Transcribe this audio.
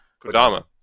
Kodama